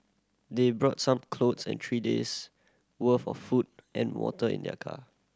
they brought some clothes and three days' worth of food and water in their car